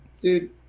Dude